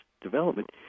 development